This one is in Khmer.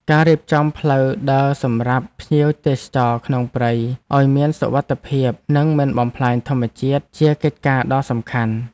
ការរៀបចំផ្លូវដើរសម្រាប់ភ្ញៀវទេសចរក្នុងព្រៃឱ្យមានសុវត្ថិភាព និងមិនបំផ្លាញធម្មជាតិជាកិច្ចការដ៏សំខាន់។